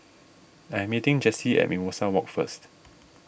I am meeting Jessy at Mimosa Walk first